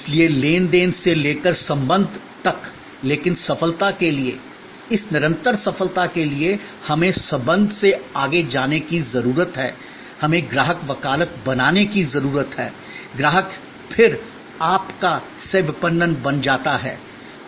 इसलिए लेन देन से लेकर संबंध तक लेकिन सफलता के लिए इस निरंतर सफलता के लिए हमें संबंध से आगे जाने की जरूरत है हमें ग्राहक वकालत बनाने की जरूरत है ग्राहक फिर आपका सह विपणन बन जाता है